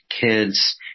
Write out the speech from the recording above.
kids